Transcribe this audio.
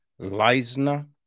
Leisner